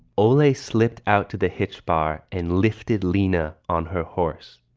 only slipped out to the hitch bar and lifted lena on her horse.